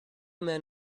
men